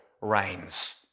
reigns